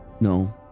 no